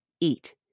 Eat